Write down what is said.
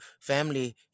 family